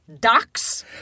Ducks